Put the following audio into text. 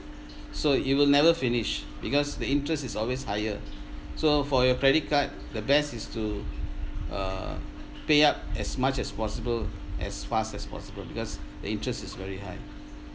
so it will never finish because the interest is always higher so for your credit card the best is to uh pay up as much as possible as fast as possible because the interest is very high